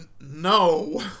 No